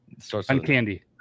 Uncandy